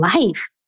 life